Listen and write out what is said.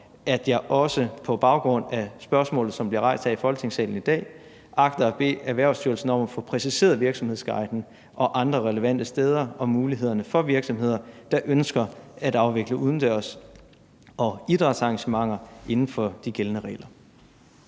at jeg også på baggrund af spørgsmålet, som bliver rejst her i Folketingssalen i dag, agter at bede Erhvervsstyrelsen om at få præciseret det i Virksomhedsguiden og andre relevante steder, hvilke muligheder der er for virksomheder, der ønsker at afvikle udendørs arrangementer og idrætsarrangementer inden for de gældende regler.